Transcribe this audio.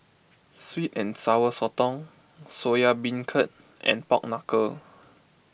Sweet and Sour Sotong Soya Beancurd and Pork Knuckle